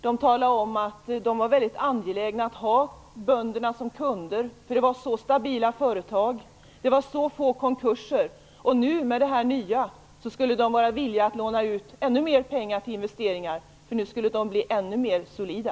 De talade om att de var mycket angelägna om att ha bönderna som kunder, eftersom det är stabila företag och så få konkurser. Med det här nya systemet skulle de vara villiga att låna ut ännu mer pengar till investeringar, eftersom böndernas företag skulle bli ännu mer solida.